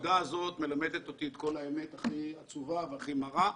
והעמודה הזאת מלמדת אותי את כל האמת הכי עצובה והכי מרה.